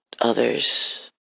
others